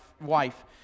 wife